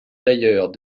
tailleurs